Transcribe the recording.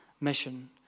mission